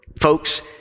Folks